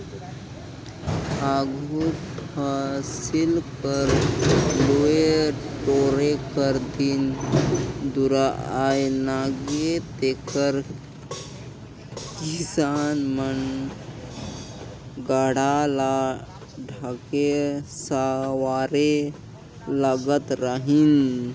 आघु फसिल कर लुए टोरे कर दिन दुरा आए नगे तेकर किसान मन गाड़ा ल ठाठे सवारे लगत रहिन